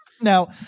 Now